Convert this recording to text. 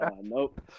nope